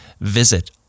Visit